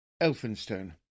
Elphinstone